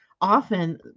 often